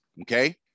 okay